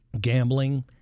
gambling